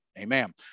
Amen